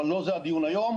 אבל לא זה הדיון היום,